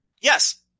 Yes